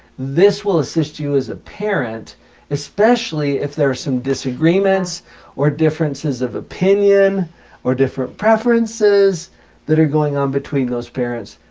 this will assist you as a parent especially if there are some disagreements or differences of opinion or different preferences that are going on between those parents.